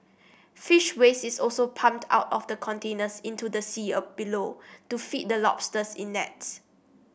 fish waste is also pumped out of the containers into the sea below to feed the lobsters in nets